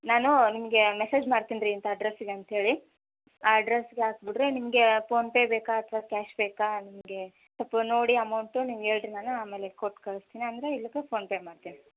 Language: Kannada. ನಾನು ನಿಮಗೆ ಮೆಸೇಜ್ ಮಾಡ್ತೀನಿ ರೀ ಇಂಥ ಅಡ್ರೆಸ್ಸಿಗೆ ಅಂತ ಹೇಳಿ ಆ ಅಡ್ರೆಸ್ಸಿಗೆ ಹಾಕ್ಬಿಡ್ರಿ ನಿಮಗೆ ಪೋನ್ಪೇ ಬೇಕಾ ಅಥ್ವಾ ಕ್ಯಾಶ್ ಬೇಕಾ ನಿಮಗೆ ಸ್ವಲ್ಪ ನೋಡಿ ಅಮೌಂಟು ನೀವು ಹೇಳ್ರಿ ನಾನು ಆಮೇಲೆ ಕೊಟ್ಟು ಕಳಿಸ್ತೀನಿ ಅಂದರೆ ಇಲ್ಲಕ ಫೋನ್ಪೇ ಮಾಡ್ತೀನಿ